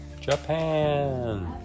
Japan